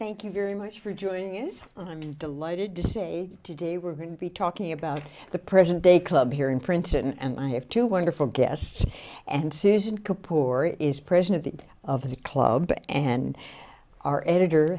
thank you very much for joining is what i'm delighted to say today we're going to be talking about the present day club here in princeton and i have two wonderful guests and susan kapoor is president of the of the club and our editor